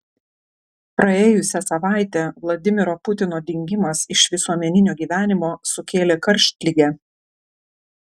praėjusią savaitę vladimiro putino dingimas iš visuomeninio gyvenimo sukėlė karštligę